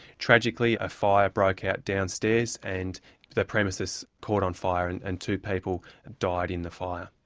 tragically a fire broke out downstairs, and the premises caught on fire and and two people died in the fire.